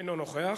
אינו נוכח.